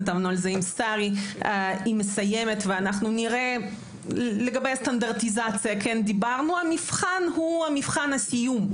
מסיימת ונראה לגבי הסטנדרטיזציה המבחן הוא מבחן הסיום,